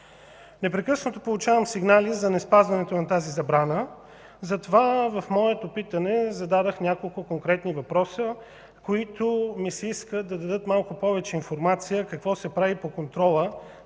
Непрекъснато получавам сигнали за неспазването на тази забрана. Затова в моето питане зададох няколко конкретни въпроса, които ми се иска да дадат малко повече информация какво се прави по контрола,